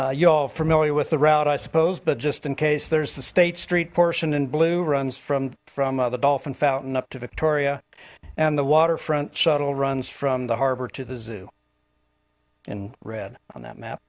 y'all familiar with the route i suppose but just in case there's the state street portion in blue runs from from the dolphin fountain up to victoria and the waterfront shuttle runs from the harbor to the zoo and red on that map